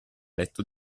letto